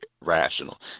rational